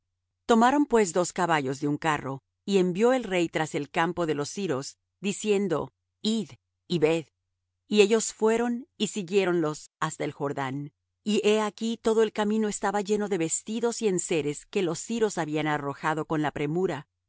tomaron pues dos caballos de un carro y envió el rey tras el campo de los siros diciendo id y ved y ellos fueron y siguiéronlos hasta el jordán y he aquí todo el camino estaba lleno de vestidos y enseres que los siros habían arrojado con la premura